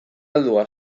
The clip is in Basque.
heldua